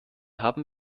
haben